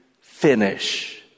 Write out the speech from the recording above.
finish